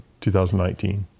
2019